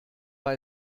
war